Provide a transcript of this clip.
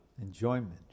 enjoyment